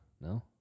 No